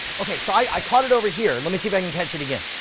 okay so i caught it over here. let me see if i can catch it again.